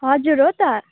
हजुर हो त